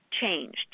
changed